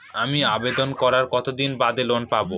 আমি আবেদন করার কতদিন বাদে লোন পাব?